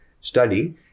study